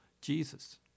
Jesus